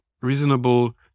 reasonable